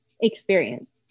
experience